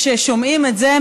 כששומעים את זה,